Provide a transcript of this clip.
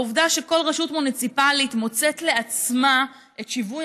העובדה שכל רשות מוניציפלית מוצאת לעצמה את שיווי